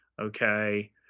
okay